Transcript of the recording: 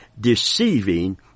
Deceiving